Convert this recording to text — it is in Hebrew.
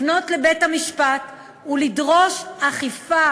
לפנות אל בית-המשפט ולדרוש הן אכיפה